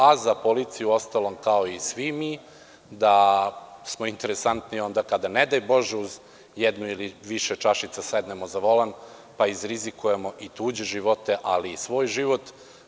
A za policiju uostalom, kao i svi mi, da smo interesantni onda kada ne daj Bože uz jedno ili više čašica sednemo za volan pa izrizikujemo i tuđe života ali i svoj život.